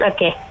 Okay